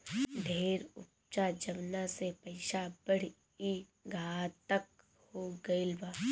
ढेर उपज जवना से पइसा बढ़ी, ई घातक हो गईल बा